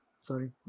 sorry